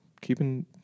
keeping